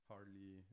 hardly